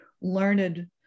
learned